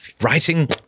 writing